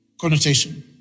connotation